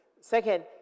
Second